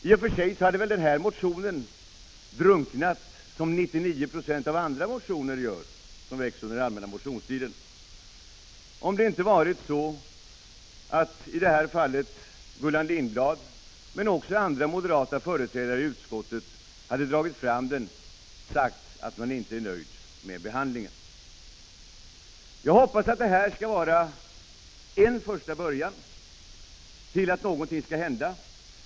Den här motionen hade väl drunknat, som 99 96 av alla andra motioner som väcks under allmänna motionstiden, om inte Gullan Lindblad och andra moderata företrädare i utskottet hade dragit fram den och sagt att man inte är nöjd med behandlingen. Jag hoppas att detta skall vara en första början till att någonting skall hända.